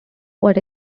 what